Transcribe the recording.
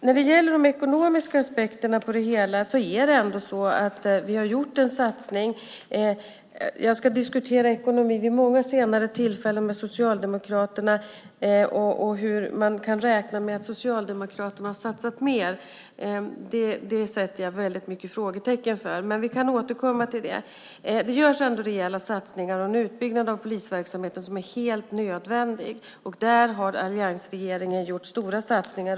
När det gäller de ekonomiska aspekterna på detta vill jag säga att vi har gjort en satsning. Jag ska diskutera ekonomi med socialdemokrater vid många senare tillfällen. Hur man kan räkna med att Socialdemokraterna har satsat mer sätter jag väldigt många frågetecken för, men vi kan återkomma till det. Det görs ändå rejäla satsningar på en utbyggnad av polisverksamheten som är helt nödvändig. Där har alliansregeringen gjort stora satsningar.